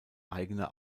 eigener